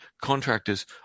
contractors